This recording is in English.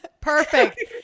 Perfect